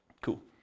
Cool